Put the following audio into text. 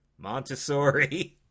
Montessori